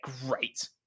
great